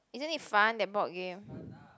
isn't it fun that board game